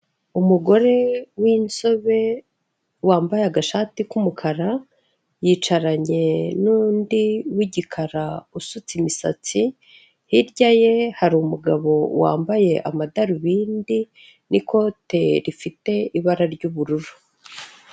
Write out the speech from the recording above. Umugore w'inzobe wambaye agashati k'umukara yicaranye n'undi w'igikara usutse imisatsi, hirya ye hari umugabo wambaye amadarubindi n'ikote rifite ibara ry'ubururu.